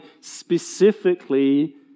specifically